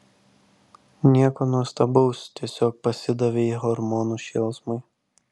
nieko nuostabaus tiesiog pasidavei hormonų šėlsmui